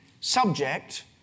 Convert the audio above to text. subject